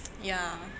ya